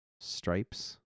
Stripes